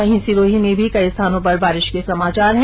वहीं सिरोही में भी कई स्थानों पर बारिश के समाचार है